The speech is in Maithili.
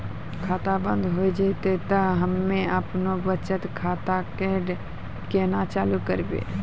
खाता बंद हो जैतै तऽ हम्मे आपनौ बचत खाता कऽ केना चालू करवै?